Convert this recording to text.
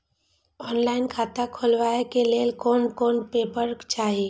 Online खाता खोले के लेल कोन कोन पेपर चाही?